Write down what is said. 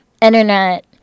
internet